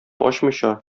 ачмыйча